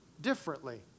differently